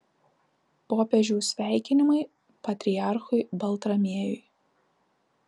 popiežiaus sveikinimai patriarchui baltramiejui